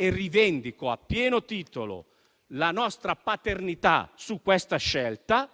e rivendico a pieno titolo la nostra paternità su questa scelta,